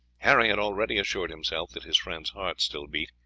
harry had already assured himself that his friend's heart still beat.